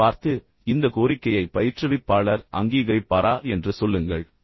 இதைப் பார்த்து இந்த கோரிக்கையை பயிற்றுவிப்பாளர் அங்கீகரிப்பாரா என்று சொல்லுங்கள்